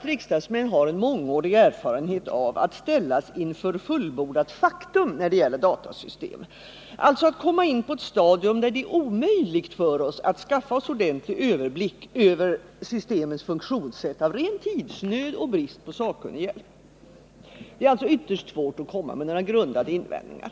Riksdagsmän har en mångårig erfarenhet av att ställas inför fullbordat faktum när det gäller datasystem, alltså komma in på ett stadium där det är omöjligt för oss att skaffa oss ordentlig överblick över systemens funktionssätt — av ren tidsnöd och brist på sakkunnig hjälp. Det är alltså ytterst svårt att komma med några grundade invändningar.